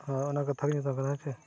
ᱦᱚᱸ ᱚᱱᱟ ᱠᱟᱛᱷᱟ ᱜᱮᱧ ᱢᱮᱛᱟᱢ ᱠᱟᱱᱟ ᱦᱮᱸ ᱥᱮ